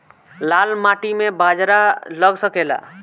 लाल माटी मे बाजरा लग सकेला?